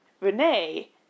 Renee